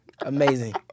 Amazing